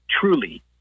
truly